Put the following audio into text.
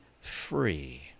free